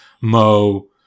Mo